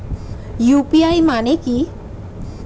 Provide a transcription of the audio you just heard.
UPI মানে কি?